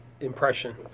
impression